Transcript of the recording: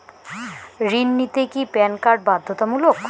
ঋণ নিতে কি প্যান কার্ড বাধ্যতামূলক?